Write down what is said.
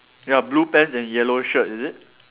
ya blue pants and yellow shirt is it